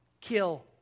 kill